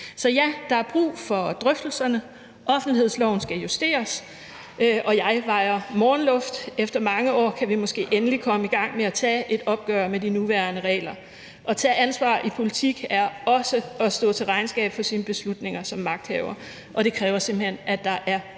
Så ja, der er brug for drøftelserne. Offentlighedsloven skal justeres, og jeg vejrer morgenluft. Efter mange år kan vi måske endelig komme i gang med at tage et opgør med de nuværende regler. At tage ansvar i politik er også at stå til regnskab for sine beslutninger som magthavere, og det kræver simpelt hen, at der er bedre